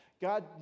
God